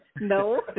No